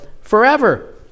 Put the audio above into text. forever